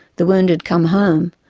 the wounded come home,